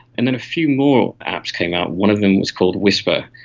and then a few more apps came out. one of them was called whisper,